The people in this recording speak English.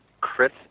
Chris